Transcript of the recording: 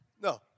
No